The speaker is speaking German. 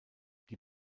die